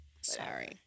Sorry